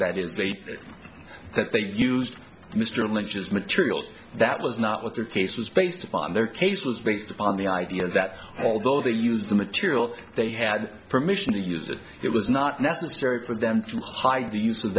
is that they used mr link just materials that was not what their thesis was based upon their case was based upon the idea that although they used the material they had permission to use it it was not necessary for them to hide the use of